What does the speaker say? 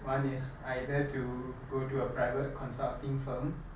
one is either to go to a private consulting firm